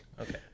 Okay